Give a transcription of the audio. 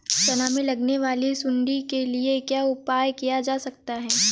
चना में लगने वाली सुंडी के लिए क्या उपाय किया जा सकता है?